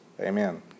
Amen